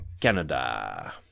Canada